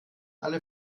alle